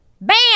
Bam